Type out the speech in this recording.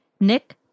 Nick